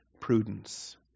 prudence